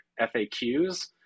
FAQs